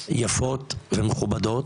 יפות ומכובדות,